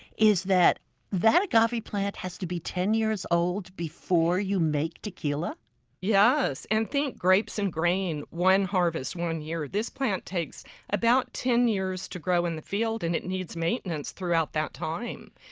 is that that like ah agave plant has to be ten years old before you make tequila yes. and think grapes and grain. one harvest, one year. this plant takes about ten years to grow in the field and it needs maintenance throughout that time.